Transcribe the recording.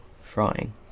frying